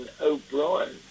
O'Brien